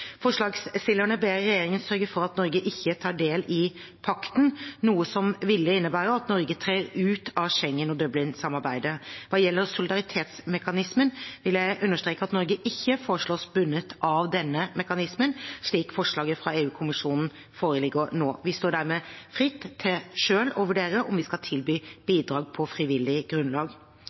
Forslagsstillerne ber regjeringen sørge for at Norge ikke tar del i pakten, noe som ville innebære at Norge trer ut av Schengen- og Dublin-samarbeidet. Hva gjelder solidaritetsmekanismen, vil jeg understreke at Norge ikke foreslås bundet av denne mekanismen, slik forslaget fra EU-kommisjonen foreligger nå. Vi står dermed fritt til selv å vurdere om vi skal tilby bidrag på frivillig grunnlag.